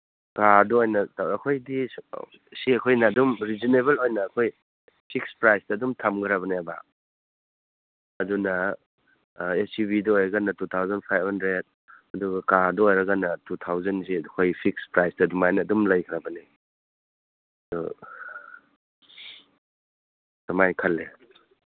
ꯀꯥꯔꯗꯨ ꯑꯣꯏꯅ ꯇꯧꯔꯦ ꯑꯩꯈꯣꯏꯗꯤ ꯁꯤ ꯑꯩꯈꯣꯏꯅ ꯑꯗꯨꯝ ꯔꯤꯖꯅꯦꯕꯜ ꯑꯣꯏꯅ ꯑꯗꯨꯝ ꯐꯤꯛꯁ ꯄ꯭ꯔꯥꯏꯁꯇ ꯑꯗꯨꯝ ꯊꯝꯈ꯭ꯔꯕꯅꯦꯕ ꯑꯗꯨꯅ ꯑꯦꯁ ꯌꯨ ꯕꯤꯗꯨ ꯑꯣꯏꯔꯒꯅ ꯇꯨ ꯊꯥꯎꯖꯟ ꯐꯥꯏꯚ ꯍꯟꯗ꯭ꯔꯦꯠ ꯑꯗꯨꯒ ꯀꯥꯔꯗꯨ ꯑꯣꯏꯔꯒꯅ ꯇꯨ ꯊꯥꯎꯖꯟꯁꯤ ꯑꯩꯈꯣꯏ ꯐꯤꯛꯁ ꯄ꯭ꯔꯥꯏꯁꯇ ꯑꯗꯨꯃꯥꯏꯅ ꯑꯗꯨꯝ ꯂꯩꯈ꯭ꯔꯕꯅꯤ ꯀꯃꯥꯏꯅ ꯈꯜꯂꯤ